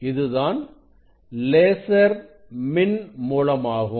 இதுதான் லேசர் மின் மூலமாகும்